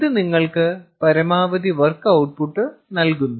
ഇത് നിങ്ങൾക്ക് പരമാവധി വർക്ക് ഔട്ട്പുട്ട് നൽകുന്നു